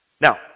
Now